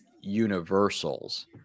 universals